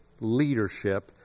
leadership